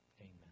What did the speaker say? Amen